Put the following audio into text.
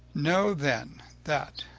know then that,